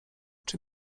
czy